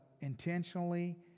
intentionally